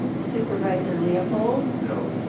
supervisor leopold? no.